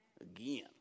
Again